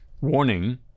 warning